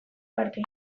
parte